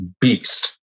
beast